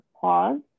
pause